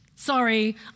Sorry